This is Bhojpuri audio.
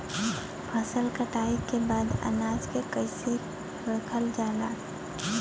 फसल कटाई के बाद अनाज के कईसे रखल जाला?